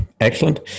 Excellent